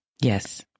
Yes